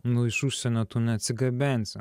nu iš užsienio tu neatsigabensi